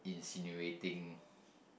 incinerating